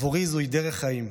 בעבורי זוהי דרך חיים,